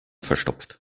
verstopft